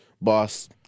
Boss